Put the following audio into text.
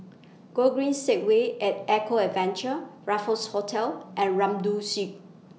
Gogreen Segway and Eco Adventure Raffles Hotel and Rambau